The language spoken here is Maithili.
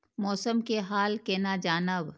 मौसम के हाल केना जानब?